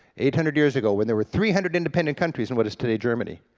eight hundred years ago, when there were three hundred independent countries in what is today germany,